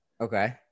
okay